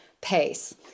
pace